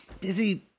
busy